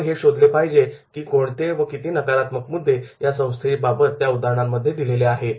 आपण हे शोधले पाहिजे की कोणते व किती नकारात्मक मुद्दे या संस्थेबाबत त्या उदाहरणांमध्ये दिलेले आहेत